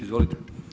Izvolite.